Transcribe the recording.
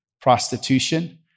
prostitution